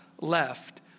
left